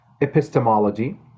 epistemology